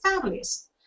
families